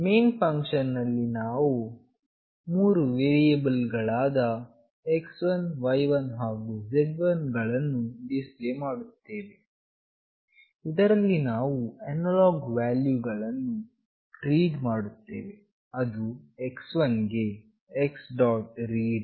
main function ನಲ್ಲಿ ನಾವು 3 variable ಗಳಾದ x1y1 ಹಾಗು z1 ಗಳನ್ನು ಡಿಫೈನ್ ಮಾಡುತ್ತೇವೆ ಇದರಲ್ಲಿ ನಾವು ಅನಲಾಗ್ ವ್ಯಾಲ್ಯೂ ಗಳನ್ನು ರೀಡ್ ಮಾಡುತ್ತೇವೆ ಅದು x1 ಗೆ x